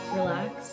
relax